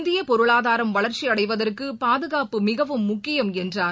இந்தியபொருளாதாரம் வளர்ச்சியடைவதற்குபாதுகாப்பு மிகவும் முக்கியம் என்றார்